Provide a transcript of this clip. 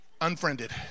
Unfriended